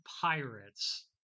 Pirates